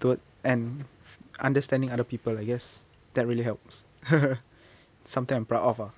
toward and understanding other people I guess that really helps something I'm proud of ah